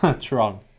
Tron